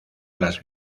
las